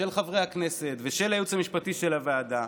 של חברי הכנסת ושל הייעוץ המשפטי של הוועדה,